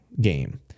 game